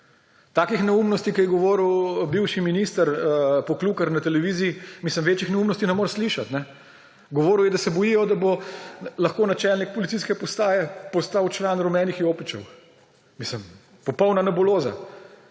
Takih neumnosti, ki je govoril bivši minister Poklukar na televiziji, večjih neumnosti ne moreš slišati. Govoril je, da se bojijo, da bo lahko načelnik policijske postaje postal član rumenih jopičev. Mislim, popolna nebuloza.